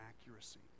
accuracy